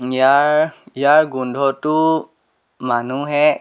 ইয়াৰ ইয়াৰ গোন্ধটো মানুহে